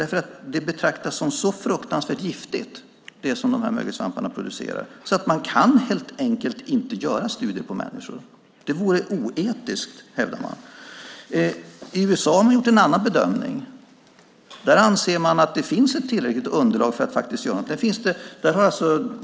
Det som de här mögelsvamparna producerar betraktas som så fruktansvärt giftigt att man helt enkelt inte kan göra studier på människor. Att göra det vore oetiskt, hävdar man. I USA har man gjort en annan bedömning. Där anser man att det finns ett tillräckligt underlag för att faktiskt göra någonting.